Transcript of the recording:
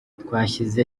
twashyize